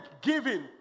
giving